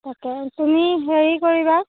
তাকে তুমি হেৰি কৰিবা